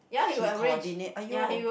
he coordinate !aiyo!